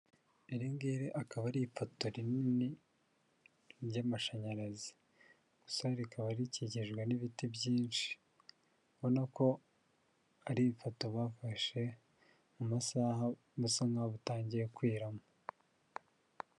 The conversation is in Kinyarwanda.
lringiri akaba ari ipoto rinini ry'amashanyarazi, gusa rikaba rikikijwe n'ibiti byinshi ubona ko ari ifoto bafashe mu masaha busa nk'aho butangiye kwiramo.